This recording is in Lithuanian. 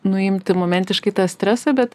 nuimti momentiškai tą stresą bet